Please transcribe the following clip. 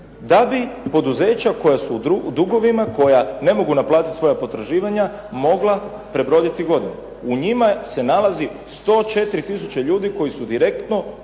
da bi poduzeća koja su u dugovima, koja ne mogu naplatiti svoja potraživanja mogla prebroditi godinu. U njima se nalazi 104 tisuće ljudi koji su direktno